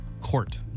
court